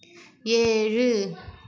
ஏழு